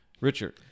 Richard